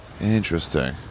Interesting